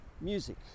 music